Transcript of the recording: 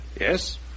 Yes